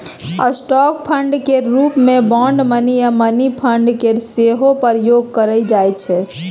stock fund केर रूप मे बॉन्ड फंड आ मनी फंड केर सेहो प्रयोग करल जाइ छै